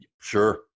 Sure